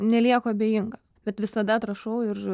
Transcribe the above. nelieku abejinga bet visada atrašau ir